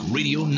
Radio